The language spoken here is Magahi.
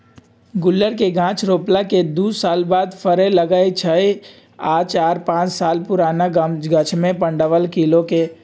गुल्लर के गाछ रोपला के दू साल बाद फरे लगैए छइ आ चार पाच साल पुरान गाछमें पंडह किलो होइ छइ